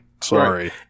sorry